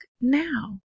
now